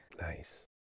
Nice